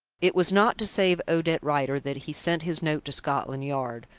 it was not to save odette rider that he sent his note to scotland yard,